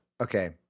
Okay